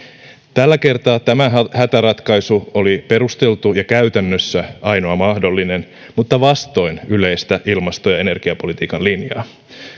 tällä kertaa tämä hätäratkaisu oli perusteltu ja käytännössä ainoa mahdollinen mutta vastoin yleistä ilmasto ja energiapolitiikan linjaa